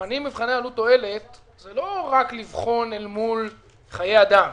כשבוחנים מבחני עלות תועלת זה לא רק לבחון אל מול חיי אדם.